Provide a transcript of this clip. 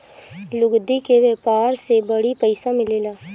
लुगदी के व्यापार से बड़ी पइसा मिलेला